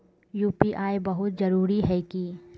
UPI बहुत जरूरी है की?